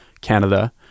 Canada